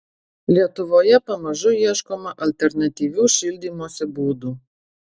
lietuvoje pamažu ieškoma alternatyvių šildymosi būdų